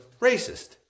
racist